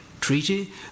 treaty